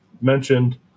mentioned